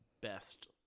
Best